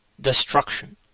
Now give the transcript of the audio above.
Destruction